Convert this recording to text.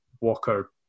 Walker